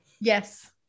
Yes